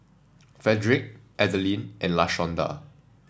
Fredrick Adalyn and Lashonda